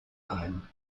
ein